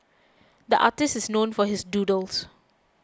the artist is known for his doodles